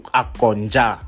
akonja